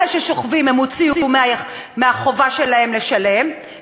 אלא גם את אלו שמתפקדים אבל לא שולטים בסוגרים ואולי עוד משהו.